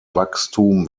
wachstum